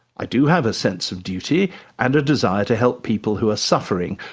i do have a sense of duty and a desire to help people who are suffering,